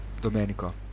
Domenico